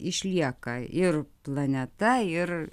išlieka ir planeta ir